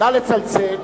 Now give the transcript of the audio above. נא לצלצל.